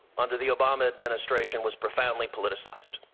under the obama administration, was profoundly politicized.